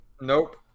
Nope